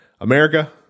America –